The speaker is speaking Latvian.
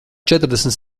četrdesmit